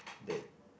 that